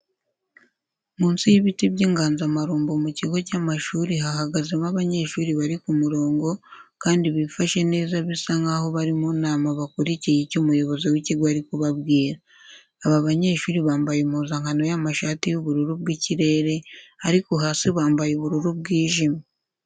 Munsi y'ibiti by'inganzamarumbo mu kigo cy'amashuri hahagazemo abanyeshuri bari ku murongo kandi bifashe neza bisa nkaho bari mu nama bakurikiye icyo umuyobozi w'ikigo ari kubabwira. Aba banyeshuri bambaye impuzankano y'amashati y'ubururu bw'ikirere ariko hasi bambaye ubururu bwijimye.